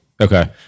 Okay